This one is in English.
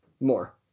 more